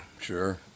sure